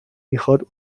میخواد